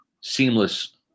seamless